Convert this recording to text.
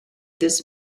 this